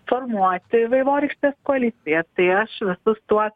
formuoti vaivorykštės koaliciją tai aš visus tuos